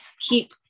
keep